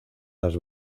las